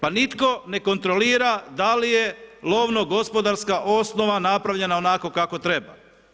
Pa nitko ne kontrolira da li je lovno gospodarska osnova napravljena onako kako treba.